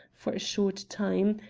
for a short time,